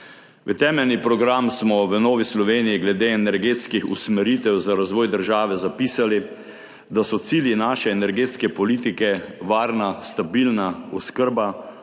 V temeljni program smo v Novi Sloveniji glede energetskih usmeritev za razvoj države zapisali, da so cilji naše energetske politike varna, stabilna oskrba,